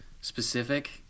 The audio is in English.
specific